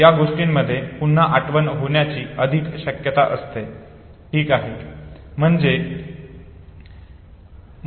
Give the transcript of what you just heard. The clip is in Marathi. त्या गोष्टींमध्ये पुन्हा आठवण होण्याची अधिक शक्यता असते ठीक आहे